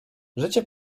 życie